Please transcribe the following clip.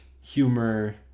humor